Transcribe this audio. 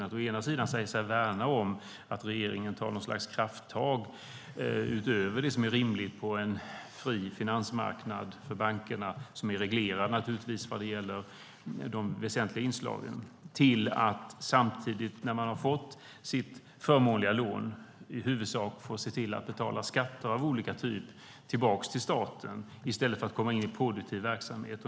Socialdemokraterna säger sig värna om att regeringen tar något slags krafttag utöver det som är rimligt på en fri finansmarknad för bankerna, som naturligtvis är reglerade vad gäller de väsentliga inslagen. När företaget har fått sitt förmånliga lån måste man betala skatter av olika typer tillbaka till staten i stället för att komma in i produktiv verksamhet.